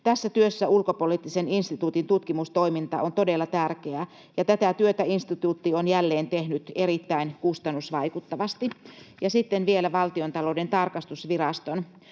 Tässä työssä Ulkopoliittisen instituutin tutkimustoiminta on todella tärkeää, ja tätä työtä instituutti on jälleen tehnyt erittäin kustannusvaikuttavasti. Ja sitten vielä Valtiontalouden tarkastusviraston